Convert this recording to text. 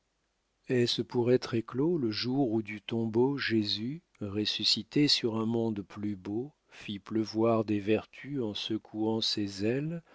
est-ce pour être éclos le jour où du tombeau jésus ressuscité sur un monde plus beau fit pleuvoir des vertus en secouant ses ailes